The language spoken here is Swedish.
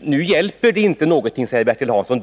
Det hjälper inte alls, säger nu Bertil Hansson.